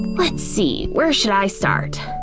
let's see, where should i start?